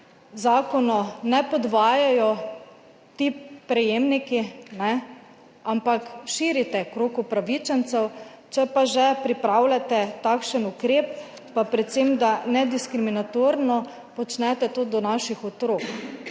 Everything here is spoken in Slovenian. zakonu ne podvajajo ti prejemniki, ampak širite krog upravičencev. Če pa že pripravljate takšen ukrep, pa predvsem da nediskriminatorno počnete to do naših otrok.